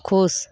खुश